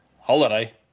Holiday